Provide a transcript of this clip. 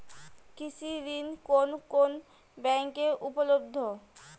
কৃষি ঋণ কোন কোন ব্যাংকে উপলব্ধ?